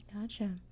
Gotcha